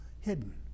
hidden